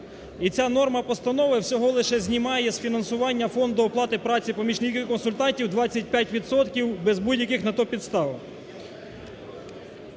І ця норма постанови всього лише знімає з фінансування фонду оплати праці помічників консультантів 25 відсотків без будь-яких на то підстав.